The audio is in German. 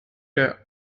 der